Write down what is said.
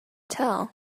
tell